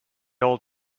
old